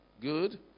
good